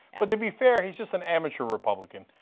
but to be fair he is just an amateur republican,